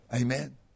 Amen